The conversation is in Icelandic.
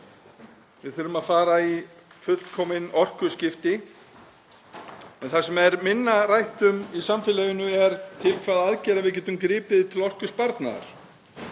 við þurfum að fara í fullkomin orkuskipti en það sem er minna rætt um í samfélaginu er til hvaða aðgerða við getum gripið til orkusparnaðar.